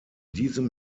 diesem